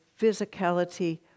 physicality